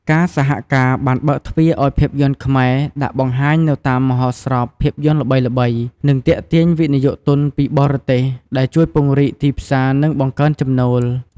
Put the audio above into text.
ការសហការបានបើកទ្វារឱ្យភាពយន្តខ្មែរដាក់បង្ហាញនៅតាមមហោស្រពភាពយន្តល្បីៗ និងទាក់ទាញវិនិយោគទន់ពីបរទេស ដែលជួយពង្រីកទីផ្សារ និងបង្កើនចំណូល។